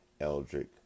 Eldrick